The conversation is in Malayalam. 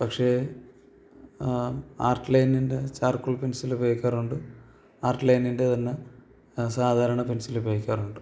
പക്ഷെ ആർട്ട് ലൈനിൻ്റെ ചാർക്കോൾ പെൻസിലുപയോഗിക്കാറുണ്ട് ആർട്ട് ലൈനിൻ്റെ തന്നെ സാധാരണ പെൻസിലുപയോഗിക്കാറുണ്ട്